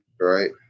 Right